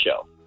show